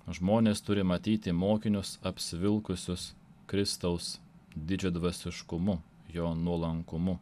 žmonės turi matyti mokinius apsivilkusius kristaus didžiadvasiškumu jo nuolankumu